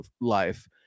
life